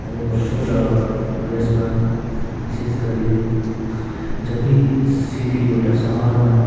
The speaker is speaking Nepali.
साह्रै पर्छ र यसमा विशेष गरी जति सिटी एउटा सहरमा